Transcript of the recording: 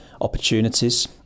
opportunities